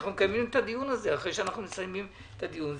אנחנו נקיים את הדיון בנושא הזה אחרי שנסיים את הדיון הזה.